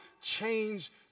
change